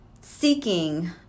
seeking